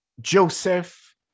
Joseph